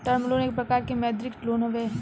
term loan एक प्रकार के मौदृक लोन हवे